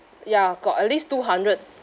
ya got at least two hundred